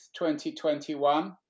2021